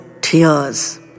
tears